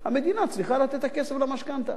המדינה צריכה לתת את הכסף למשכנתה.